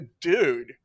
dude